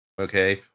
Okay